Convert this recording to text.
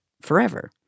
forever